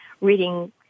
reading